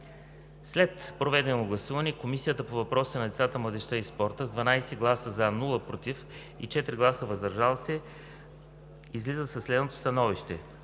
След проведено гласуване Комисията по въпросите на децата, младежта и спорта с 12 гласа „за“, без „против“ и 4 гласа „въздържал се“ излиза със следното становище: